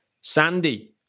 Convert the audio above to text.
Sandy